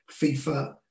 FIFA